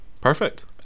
Perfect